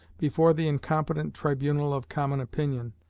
before the incompetent tribunal of common opinion,